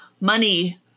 money